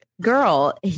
girl